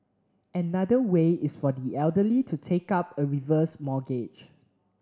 another way is for the elderly to take up a reverse mortgage